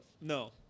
No